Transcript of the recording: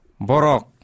Borok